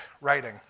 writing